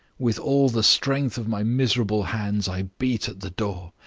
with all the strength of my miserable hands i beat at the door.